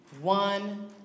one